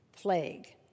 plague